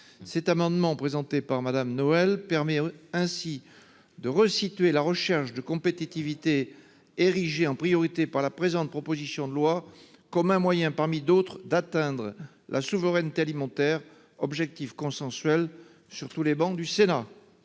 Cet amendement présenté par Madame Noëlle permet ainsi de resituer la recherche de compétitivité. Érigée en priorité par la présente, proposition de loi comme un moyen parmi d'autres d'atteindre la souveraineté alimentaire objectif consensuel sur tous les bancs du Sénat.